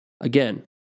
Again